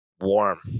Warm